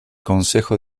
consejo